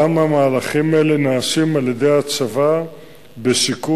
גם המהלכים האלה נעשים על-ידי הצבא בשיקול,